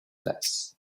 less